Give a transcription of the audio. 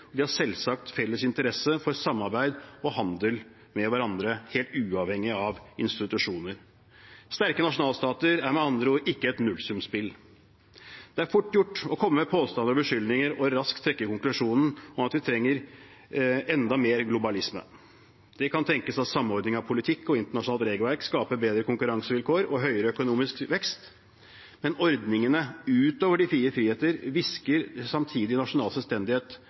og de har selvsagt felles interesse for samarbeid og handel med hverandre, helt uavhengig av institusjoner. Sterke nasjonalstater er med andre ord ikke et nullsumspill. Det er fort gjort å komme med påstander og beskyldninger og raskt trekke konklusjonen om at vi trenger enda mer globalisme. Det kan tenkes at samordning av politikk og internasjonalt regelverk skaper bedre konkurransevilkår og høyere økonomisk vekst, men går ordningene ut over de fire friheter, visker de samtidig ut nasjonal selvstendighet